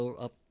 up